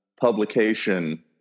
publication